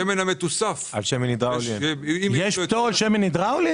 יש פטור על שמן הידראולי?